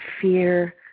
fear